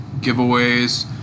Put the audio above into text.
giveaways